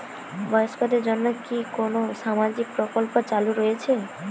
বয়স্কদের জন্য কি কোন সামাজিক প্রকল্প চালু রয়েছে?